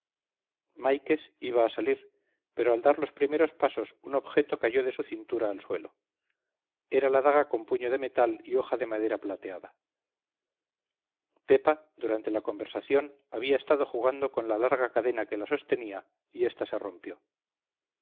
máiquez iba a salir pero al dar los primeros pasos un objeto cayó de su cintura al suelo era la daga con puño de metal y hoja de madera plateada pepa durante la conversación había estado jugando con la larga cadena que la sostenía y ésta se rompió